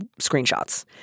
screenshots